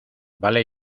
vale